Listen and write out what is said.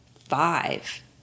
five